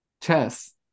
Chess